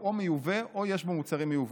הוא או מיובא או שיש בו מוצרים מיובאים.